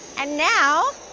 and now,